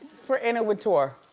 for anna wintour.